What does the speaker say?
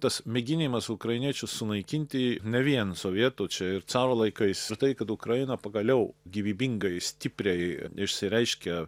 tas mėginimas ukrainiečius sunaikinti ne vien sovietų čia ir caro laikais tai kad ukraina pagaliau gyvybingai stipriai išsireiškia